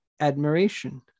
admiration